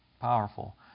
Powerful